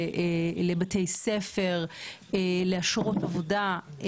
לבתי ספר ולאשרות עבודה.